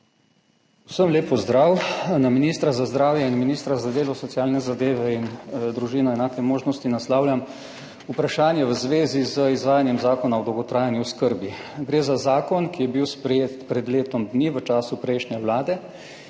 Vsem lep pozdrav! Na ministra za zdravje in ministra za delo, družino, socialne zadeve in enake možnosti naslavljam vprašanje v zvezi z izvajanjem Zakona o dolgotrajni oskrbi. Gre za zakon, ki je bil sprejet pred letom dni, v času prejšnje vlade,